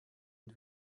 und